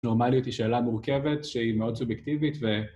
נורמליות היא שאלה מורכבת שהיא מאוד סובייקטיבית ו...